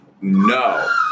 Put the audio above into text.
No